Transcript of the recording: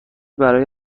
برای